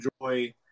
enjoy